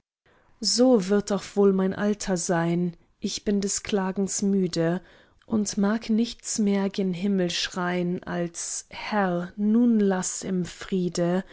so wird auch wohl mein alter sein ich bin des klagens müde und mag nichts mehr gen himmel schrein als herr nun laß im friede